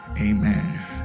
amen